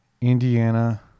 indiana